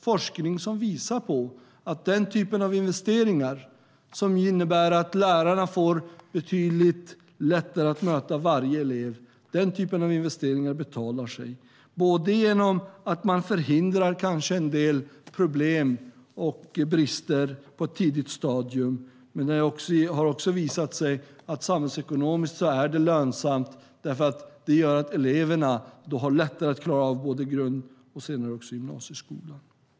Forskning visar att den typen av investeringar, som innebär att lärarna får betydligt lättare att möta varje elev, betalar sig både genom att man förhindrar en del problem och brister på ett tidigt stadium och genom att det samhällsekonomiskt har visat sig lönsamt eftersom det gör att eleverna har lättare att klara av både grund och gymnasieskolan.